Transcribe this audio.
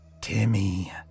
Timmy